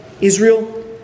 Israel